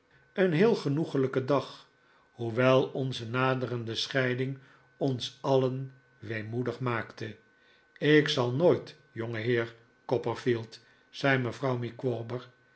een heel genoeglijken dag hoewel onze naderende scheiding ons alien weemoedig maakte ik zal nooit jongeheer copperfield zei mevrouw